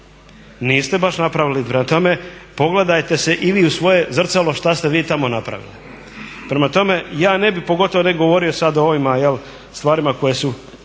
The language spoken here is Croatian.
Niste baš napravili. Prema tome, pogledajte se i vi u svoje zrcalo šta ste vi tamo napravili. Prema tome, ja ne bih pogotovo ne govorio sad o ovima stvarima koje su